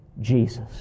Jesus